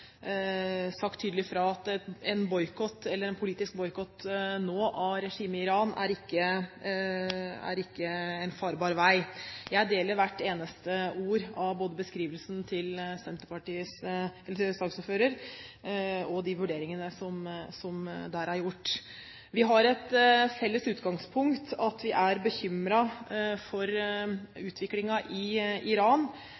sagt tydelig fra at en politisk boikott nå av regimet i Iran ikke er en farbar vei. Jeg er enig i hvert eneste ord både av beskrivelsen til saksordføreren og av de vurderingene som er gjort der. Vi har et felles utgangspunkt, at vi er bekymret for